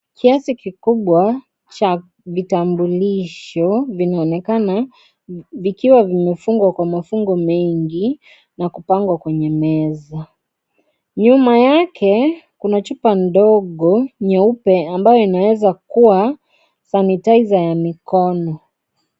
Kiasi kikubwa cha vitambulisho vinaonekana vikiwa vimefungwa kwa vifungo mengi na kupangwa kwenye meza. Nyuma yake kuna chupa ndogo nyeupe ambayo inaweza kuwa sanitizer ya mikono.